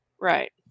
Right